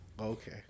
Okay